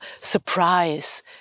surprise